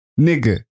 nigger